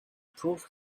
prove